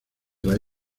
las